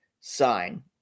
sign